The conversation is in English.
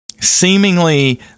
seemingly –